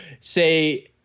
say